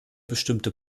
bestimmte